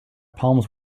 palms